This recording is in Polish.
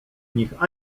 nich